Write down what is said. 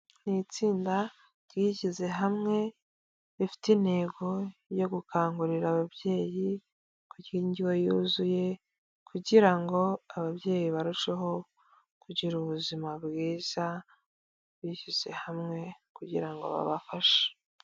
Ni itsinda ryishyize hamwe rifite intego yo gukangurira ababyeyi kurya indyo yuzuye kugira ngo ababyeyi barusheho kugira ubuzima bwiza bishyize hamwe kugira ngo babafashe.